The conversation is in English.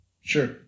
Sure